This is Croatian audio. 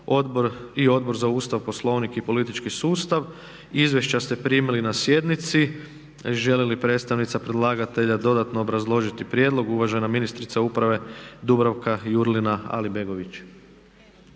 i Odbor za Ustav, Poslovnik i politički sustav čija izvješća ste primili na sjednici. Želi li predstavnik predlagateljica obrazložit prijedlog? Da. Ministrica uprave Dubravka Jurlina Alibegović